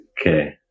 Okay